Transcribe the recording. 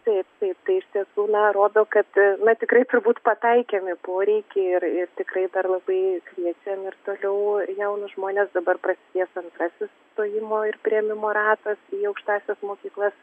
taip taip tai iš tiesų na rodo kad tikrai turbūt pataikėm į poreikį ir ir tikrai dar labai kviečiam ir toliau jaunus žmones dabar prasidės antrasis stojimo ir priėmimo ratas į aukštąsias mokyklas